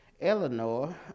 Eleanor